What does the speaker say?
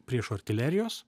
priešo artilerijos